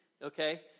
okay